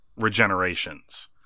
regenerations